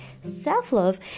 Self-love